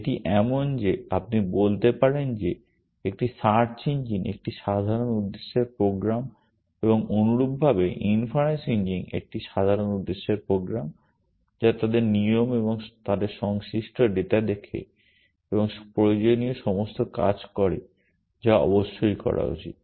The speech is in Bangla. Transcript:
এটি এমন যে আপনি বলতে পারেন যে একটি সার্চ ইঞ্জিন একটি সাধারণ উদ্দেশ্যের প্রোগ্রাম এবং অনুরূপভাবে ইনফারেন্স ইঞ্জিন একটি সাধারণ উদ্দেশ্যের প্রোগ্রাম যা তাদের নিয়ম এবং তাদের সংশ্লিষ্ট ডেটা দেখে এবং প্রয়োজনীয় সমস্ত কাজ করে যা অবশ্যই করা উচিত